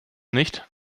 nicht